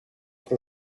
pro